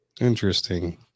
Interesting